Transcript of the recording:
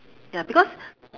ya because